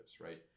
right